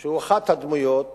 שהוא אחת הדמויות